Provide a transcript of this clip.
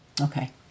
Okay